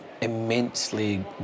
immensely